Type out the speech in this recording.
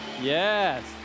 Yes